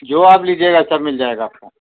جو آپ لیجیے گا سب مل جائے گا آپ کو